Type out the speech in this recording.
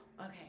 okay